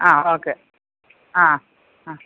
ആ ഓക്കെ ആ ആ